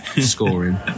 scoring